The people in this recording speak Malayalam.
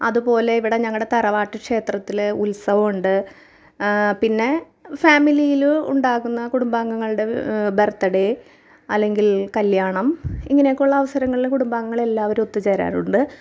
അതുപോലെ ഇവിടെ ഞങ്ങളുടെ തറവാട്ട് ക്ഷേത്രത്തിൽ ഉത്സവമുണ്ട് പിന്നെ ഫാമിലിയിൽ ഉണ്ടാകുന്ന കുടുംബാംഗങ്ങളുടെ ബർത്ത്ഡേ അല്ലങ്കിൽ കല്യാണം ഇങ്ങനെയൊക്കെയുള്ള അവസരങ്ങളിൽ കുടുംബാംഗങ്ങളെല്ലാവരും ഒത്തു ചേരാറുണ്ട്